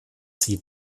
sie